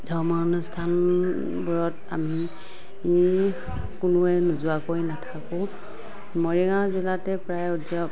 ধৰ্ম অনুষ্ঠানবোৰত আমি আমি কোনোৱে নোযোৱাকৈ নাথাকোঁ মৰিগাঁও জিলাতে প্ৰায় উদযা